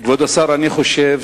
כבוד השר, אני חושב